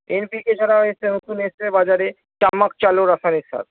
NPK ছাড়াও একটা নতুন এসছে বাজারে চাম্মাক চালো রাসায়নিক সার